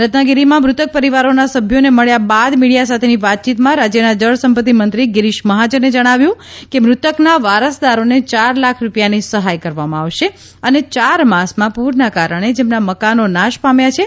રત્નાગીરીમાં મૃતક પરિવારોના સભ્યોને મળ્યા બાદ મિડિયા સાથેની વાતચીતમાં રાજ્યના જળ સંપત્તિ મંત્રી ગિરિશ મહાજને જણાવ્યું કે મૃતકના વારસદારોને ચાર લાખ રૂપિયાની સહાય કરવામાં આવશે અને ચાર માસમાં પુરના કારણે જેમના મકાનો નાશ પામ્યા છે